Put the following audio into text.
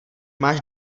máš